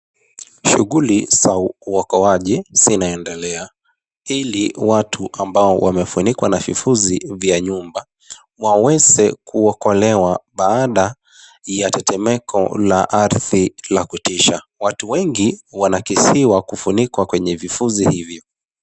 Shughuli za uokoaji zinaendelea, ili watu ambao wamefunikwa na vifusi vya nyumba waweze kuokolewa baada ya tetemeko la ardhi la kutisha. Watu wengi wanakisiwa kufunikwa kwenye vifusi hivyo.